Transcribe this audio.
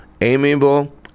amiable